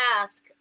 ask